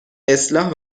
اصلاح